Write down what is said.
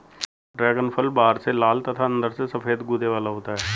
dragon फल बाहर से लाल तथा अंदर से सफेद गूदे वाला होता है